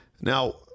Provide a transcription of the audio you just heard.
Now